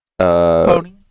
Pony